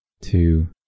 two